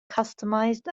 customized